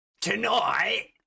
tonight